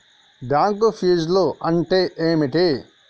Bank ఫీజ్లు అంటే ఏమిటి?